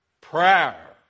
Prayer